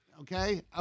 okay